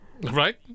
right